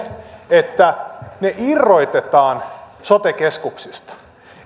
että ne irrotetaan sote keskuksista